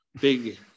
big